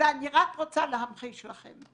ואני רק רוצה להמחיש לכם